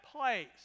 place